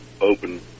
open